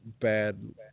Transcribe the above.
bad